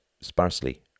sparsely